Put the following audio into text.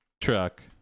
truck